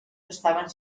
estaven